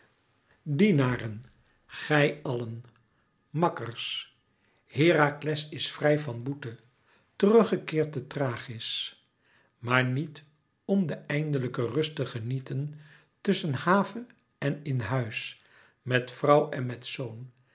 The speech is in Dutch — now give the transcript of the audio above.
dienaren gij allen makkers herakles is vrij van boete terug gekeerd te thrachis maar niet om de eindelijke rust te genieten tusschen have en in huis met vrouw en met zoon